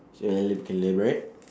so help to elaborate